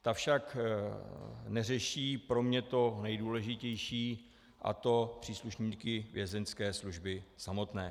Ta však neřeší pro mě to nejdůležitější, a to příslušníky Vězeňské služby samotné.